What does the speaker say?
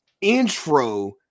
intro